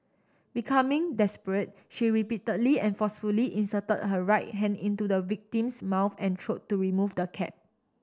becoming desperate she repeatedly and forcefully inserted her right hand into the victim's mouth and throat to remove the cap